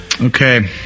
Okay